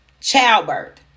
childbirth